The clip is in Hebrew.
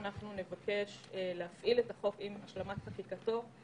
והיא תונח בוועדת החוץ והביטחון של הכנסת סמוך ככל האפשר לאחר מכן.